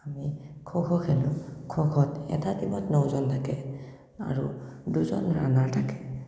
আমি খ'খ' খেলোঁ খ'খ'ত এটা টিমত নজন থাকে আৰু দুজন ৰাণাৰ থাকে